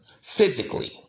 physically